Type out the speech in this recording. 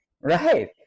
right